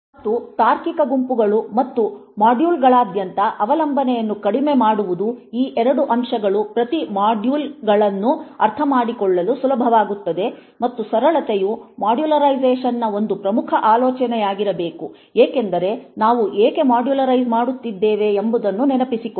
ಮತ್ತು ತಾರ್ಕಿಕ ಗುಂಪುಗಳು ಮತ್ತು ಮಾಡ್ಯೂಲ್ಗಳಾದ್ಯಂತ ಅವಲಂಬನೆಯನ್ನು ಕಡಿಮೆ ಮಾಡುವುದು ಈ ಎರಡು ಅಂಶಗಳು ಪ್ರತಿ ಮಾಡ್ಯೂಲ್ ಅನ್ನು ಅರ್ಥಮಾಡಿಕೊಳ್ಳುಲು ಸುಲಭವಾಗುತ್ತದೆ ಮತ್ತು ಸರಳತೆಯು ಮಾಡ್ಯುಲರೈಸೇಶನ್ನ ಒಂದು ಪ್ರಮುಖ ಆಲೋಚನೆಯಾಗಿರಬೇಕು ಏಕೆಂದರೆ ನಾವು ಏಕೆ ಮಾಡ್ಯುಲೈಸ್ ಮಾಡುತ್ತಿದ್ದೇವೆ ಎಂಬುದನ್ನು ನೆನಪಿಸಿಕೊಳ್ಳಿ